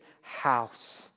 house